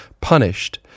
punished